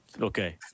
okay